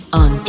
on